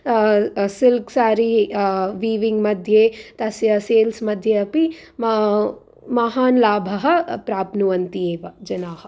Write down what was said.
silk sari weaving मध्ये तस्य sales मध्ये अपि महानलाभः प्राप्नुवन्ति एव जनाः